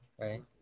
right